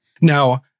Now